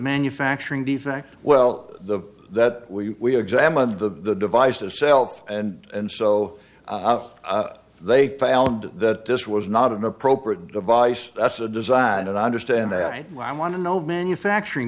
manufacturing the fact well the that we examined the devices self and and so they found that this was not an appropriate device that's a design and i understand why i want to know manufacturing